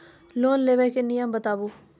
Loan लेबे के नियम बताबू?